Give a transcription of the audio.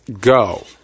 go